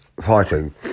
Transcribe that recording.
fighting